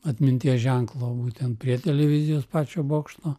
atminties ženklo būtent prie televizijos pačio bokšto